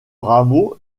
rameau